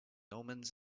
omens